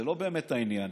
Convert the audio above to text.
זה לא באמת העניין,